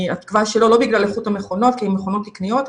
התקווה שלא לא בגלל איכות המכונות כי הן מכונות תקניות,